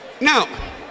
now